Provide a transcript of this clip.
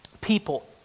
People